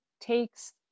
takes